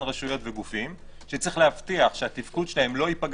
רשויות וגופים שצריך להבטיח שהתפקוד שלהם לא ייפגע